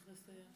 בבקשה לסיים.